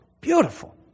beautiful